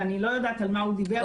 ואני לא יודעת על מה הוא דיבר,